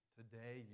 today